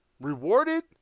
rewarded